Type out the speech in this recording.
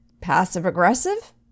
passive-aggressive